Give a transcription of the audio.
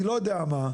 אני לא יודע מה,